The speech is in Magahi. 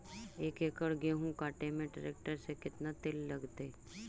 एक एकड़ गेहूं काटे में टरेकटर से केतना तेल लगतइ?